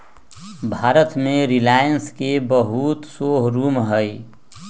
भारत में रिलाएंस के बहुते शोरूम हई